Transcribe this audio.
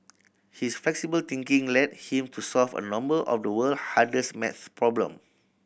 his flexible thinking led him to solve a number of the world hardest maths problem